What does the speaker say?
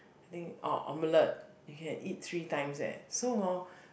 I think oh omelette you can eat three times eh so hor